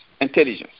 intelligence